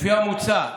לפי המוצע,